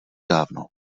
dávno